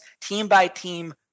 team-by-team